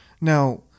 Now